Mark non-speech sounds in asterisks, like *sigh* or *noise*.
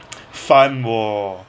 *noise* fun !whoa!